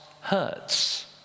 hurts